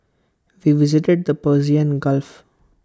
we visited the Persian gulf